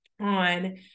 on